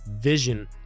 Vision